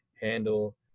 handle